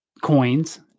coins